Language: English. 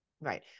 Right